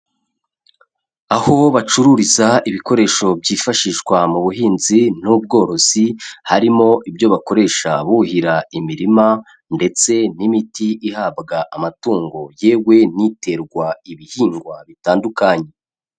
Aho bacururiza ibikoresho byifashishwa mu buhinzi n'ubworozi, harimo ibyo bakoresha buhira imirima, ndetse n'imiti ihabwa amatungo yewe n'iterwa ibihingwa bitandukanye.